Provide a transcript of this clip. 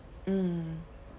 mm